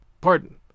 Pardon